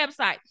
website